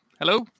Hello